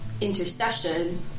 intercession